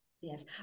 yes